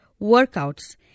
workouts